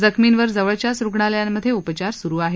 जखमींवर जवळच्याच रुग्णालयांमध्ये उपचार स्रु आहेत